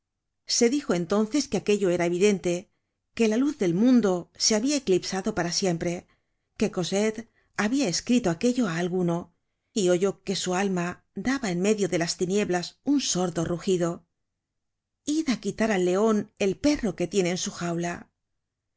se dijo entonces que aquello era evidente que la luz del mundo se habia eclipsado para siempre que cosette habia escrito aquello á alguno y oyó que su alma daba en medio de las inieblas un sordo rugido id á quitar al leon el perro que tiene en su jaula